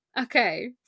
okay